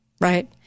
Right